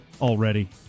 already